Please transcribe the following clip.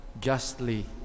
justly